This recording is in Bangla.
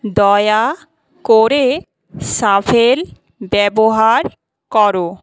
দয়া করে শাফেল ব্যবহার করো